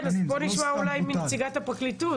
כן, בואו נשמע אולי מנציגת הפרקליטות.